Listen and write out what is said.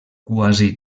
quasi